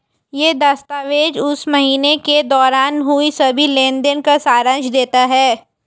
यह दस्तावेज़ उस महीने के दौरान हुए सभी लेन देन का सारांश देता है